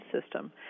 system